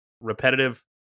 repetitive